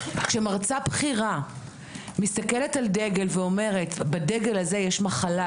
כשמרצה בכירה מתסכלת על דגל ואומרת: בדגל הזה יש מחלה,